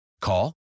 Call